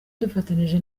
dufatanyije